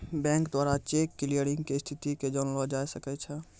bank द्वारा cheque clearing के स्थिति के जानलो जाय सकै छै